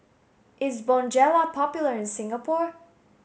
is Bonjela popular in Singapore